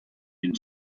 and